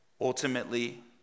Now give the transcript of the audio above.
Ultimately